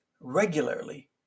regularly